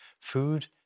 food